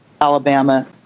Alabama